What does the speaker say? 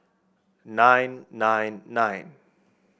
nine nine nine